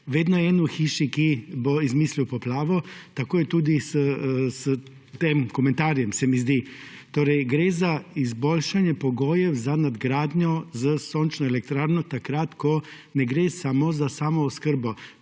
vedno je en v hiši, ki bo izmislil poplavo, tako je tudi s tem komentarjem, se mi zdi. Torej, gre za izboljšanje pogojev za nadgradnjo s sončno elektrarno takrat, ko ne gre samo za samooskrbo